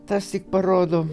tas tik parodo